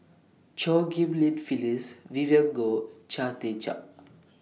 Chew Ghim Lian Phyllis Vivien Goh Chia Tee Chiak